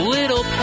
Little